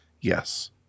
Yes